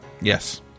Yes